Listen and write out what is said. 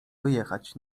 wyjechać